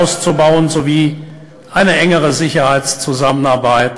שבעתיד תינתן גישה קלה יותר לישראל ולמדינה הפלסטינית